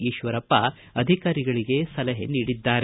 ಈಶ್ವರಪ್ಪ ಅಧಿಕಾರಿಗಳಿಗೆ ಸಲಹೆ ಮಾಡಿದ್ದಾರೆ